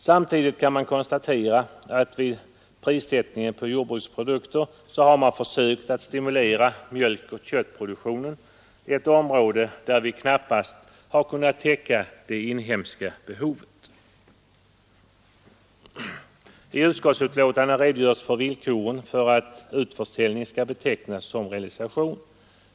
Samtidigt kan vi konstatera att vid prissättningen på jordbruksprodukter har man försökt att stimulera mjölkoch köttproduktionen — ett område där vi knappast har kunnat täcka det inhemska behovet. I utskottets betänkande redogörs för villkoren för att utförsäljning skall betecknas som realisation.